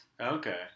Okay